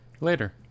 later